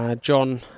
John